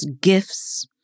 gifts